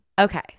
Okay